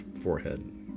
forehead